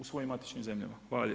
U svojim matičnim zemljama.